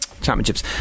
championships